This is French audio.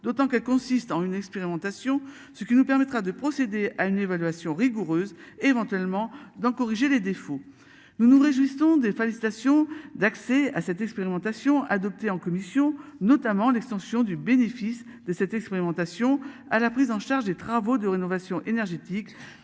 D'autant qu'elle consiste en une expérimentation. Ce qui nous permettra de procéder à une évaluation rigoureuse, éventuellement d'en corriger les défauts. Nous nous réjouissons des félicitations d'accès à cette expérimentation adopté en commission notamment l'extension du bénéfice de cette expérimentation à la prise en charge des travaux de rénovation énergétique